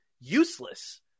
useless